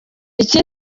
iki